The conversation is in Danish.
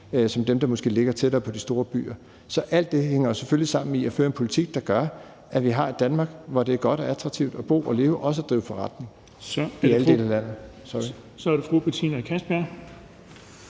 som dem, der måske ligger tættere på de store byer. Så alt det hænger jo selvfølgelig sammen med at føre en politik, der gør, at vi har et Danmark, hvor det er godt og attraktivt at bo og leve og også at drive forretning i alle dele af landet.